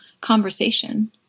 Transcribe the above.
conversation